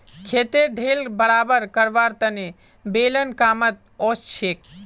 खेतेर ढेल बराबर करवार तने बेलन कामत ओसछेक